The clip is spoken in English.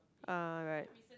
ah right